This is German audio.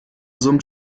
summt